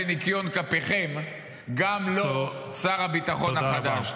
-- בניקיון כפיכם, גם לא שר הביטחון החדש.